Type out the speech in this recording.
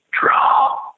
draw